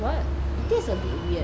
it taste a bit weird